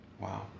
Wow